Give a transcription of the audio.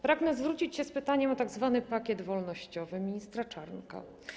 Pragnę zwrócić się z pytaniem o tzw. pakiet wolnościowy ministra Czarnka.